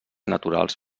naturals